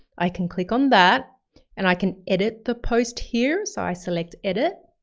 i can click on that and i can edit the post here. so i select, edit,